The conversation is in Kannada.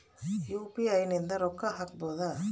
ಯು.ಪಿ.ಐ ಇಂದ ರೊಕ್ಕ ಹಕ್ಬೋದು